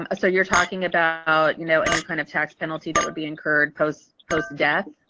ah so you're talking about you know any kind of tax penalty that would be incurred post post death?